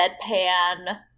deadpan